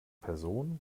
person